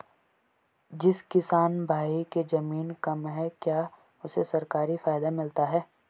जिस किसान भाई के ज़मीन कम है क्या उसे सरकारी फायदा मिलता है?